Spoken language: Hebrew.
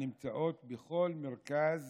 הנמצאות בכל מרכז